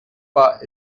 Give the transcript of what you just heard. pas